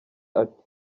ati